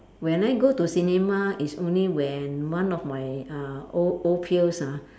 when I go to cinema is only when one of my uh old old peers ah